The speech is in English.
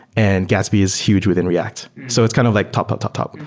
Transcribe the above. and gatsby is huge within react. so it's kind of like top-top-top,